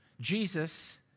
Jesus